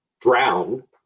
drown